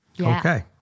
Okay